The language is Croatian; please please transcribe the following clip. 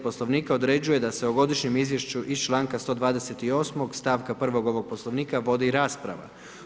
Poslovnika određuje da se o Godišnjem izvješću iz članka 128. stavka 1. ovog Poslovnika vodi rasprava.